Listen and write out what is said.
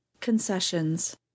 Concessions